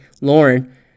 Lauren